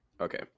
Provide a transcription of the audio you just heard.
okay